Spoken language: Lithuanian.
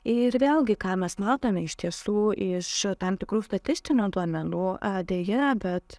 ir vėlgi ką mes matome iš tiesų iš tam tikrų statistinių duomenų a deja bet